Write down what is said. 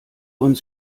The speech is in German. uns